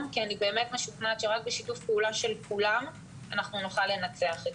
כי אני באמת משוכנעת שרק בשיתוף פעולה של כולם נוכל לנצח זאת.